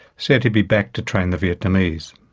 said he'd be back to train the vietnamese.